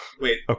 Wait